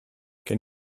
can